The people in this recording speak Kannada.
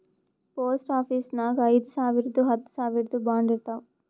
ಪೋಸ್ಟ್ ಆಫೀಸ್ನಾಗ್ ಐಯ್ದ ಸಾವಿರ್ದು ಹತ್ತ ಸಾವಿರ್ದು ಬಾಂಡ್ ಇರ್ತಾವ್